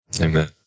Amen